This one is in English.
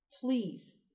Please